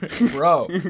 Bro